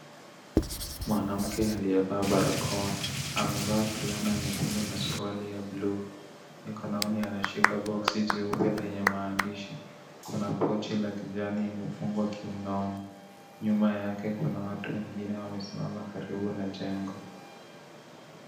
Mwanamke aliyevaa barakoa amevaa fulana nyekundu na suruali ya bluu mkononi ameshika boksi jeupe lenye maandishi kuna pochi la kijani imefungwa kiunoni nyuma yake kuna watu wengine wamesimama karibu na jengo.